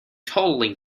totally